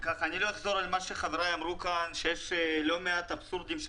לא אחזור על דברי חבריי כאן על כך שיש לא מעט אבסורדים,